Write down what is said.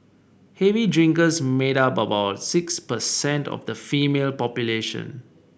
heavy drinkers made up about six percent of the female population